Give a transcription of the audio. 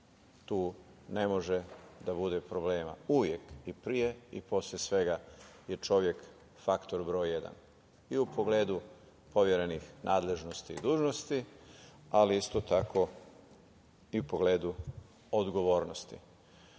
tu ne može da bude problem. Uvek i pre i posle svega, čovek je faktor broj jedan. I pogledu poverenih nadležnosti i dužnosti, ali isto tako i u pogledu odgovornosti.No,